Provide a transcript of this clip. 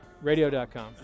Radio.com